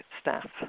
staff